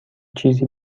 چیزی